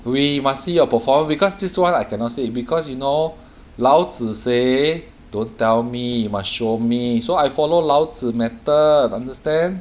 we must see your performance because this [one] I cannot say because you know 老子 say don't tell me you must show me so I follow 老子 method understand